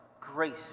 grace